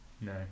No